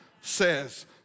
says